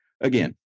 again